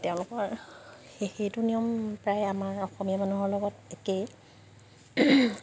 তেওঁলোকৰ সেইটো নিয়ম প্ৰায় আমাৰ অসমীয়া মানুহৰ লগত একেই